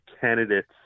candidates